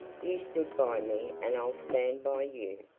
you stood by me and i'll stand by you.